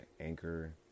Anchor